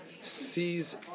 sees